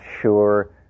sure